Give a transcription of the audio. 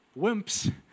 wimps